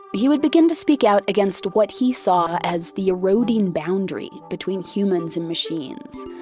he would begin to speak out against what he saw as the eroding boundary between humans and machines,